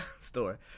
store